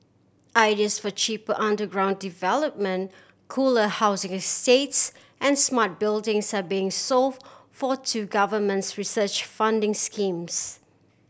ideas for cheaper underground development cooler housing estates and smart buildings are being sought for two governments research funding schemes